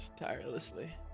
tirelessly